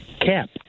Cap